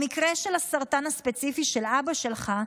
במקרה של הסרטן הספציפי של אבא שלך,